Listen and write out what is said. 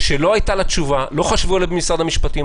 שלא הייתה לה תשובה ולא חשבו עליה במשרד המשפטים?